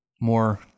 more